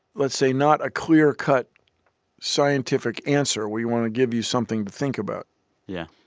let's say, not a clear-cut scientific answer. we want to give you something to think about yeah.